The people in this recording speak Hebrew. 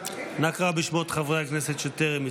אנא קרא בשמות חברי הכנסת שטרם הצביעו.